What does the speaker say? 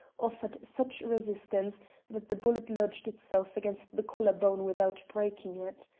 offered such resistance that the bullet lodged itself against the collar bone without breaking it.